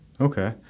Okay